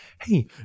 Hey